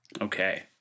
okay